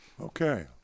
Okay